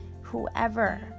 whoever